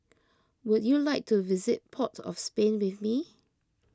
would you like to visit Port of Spain with me